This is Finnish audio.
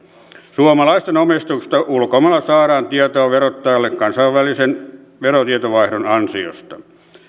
suomalaisten omistuksesta ulkomailla saadaan tietoa verottajalle kansainvälisen verotietovaihdon ansiosta